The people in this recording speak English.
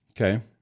Okay